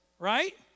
right